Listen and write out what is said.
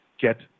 get